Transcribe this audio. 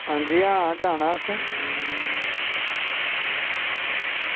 अंजी आं जाना असें